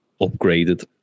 upgraded